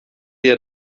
yer